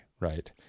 right